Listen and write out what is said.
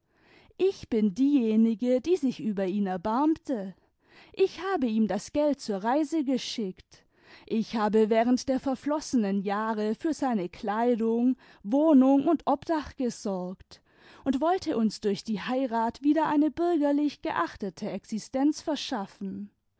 ich bin diejenige die sich über ihn erbarmte ich habe ihm das geld zur reise geschickt ich habe während der verflossenen jahre für seine kleidung wohnung und obdach gesorgt und wollte uns durch die heirat wieder eine bürgerlich geachtete existenz verschaffen